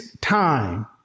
time